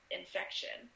infection